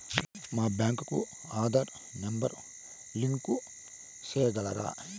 మా బ్యాంకు కు ఆధార్ నెంబర్ కు లింకు సేయగలరా?